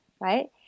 right